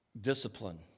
discipline